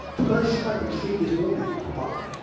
the first time you see this warning pop up,